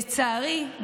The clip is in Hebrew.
לצערי,